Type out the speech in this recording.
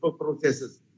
processes